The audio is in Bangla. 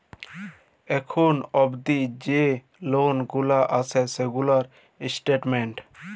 এখুল অবদি যে লল গুলা আসে সেগুলার স্টেটমেন্ট